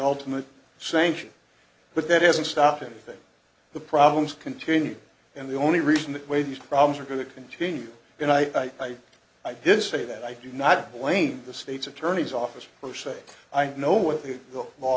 ultimate sanction but that isn't stopping anything the problems continue and the only reason that way these problems are going to continue going i i did say that i do not blame the state's attorney's office per se i know what the